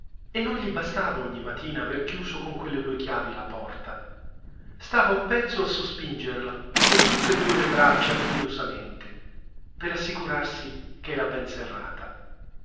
e non gli bastava ogni mattina aver chiuso con quelle due chiavi la porta stava un pezzo a sospingerla con tutte e due le braccia furiosamente per assicurarsi che era ben serrata